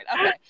okay